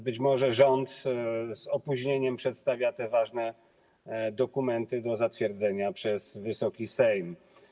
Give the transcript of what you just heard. Być może rząd z opóźnieniem przedstawia te ważne dokumenty do zatwierdzenia przez Wysoki Sejm.